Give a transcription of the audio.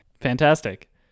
fantastic